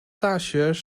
大学